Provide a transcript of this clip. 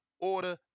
order